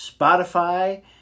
Spotify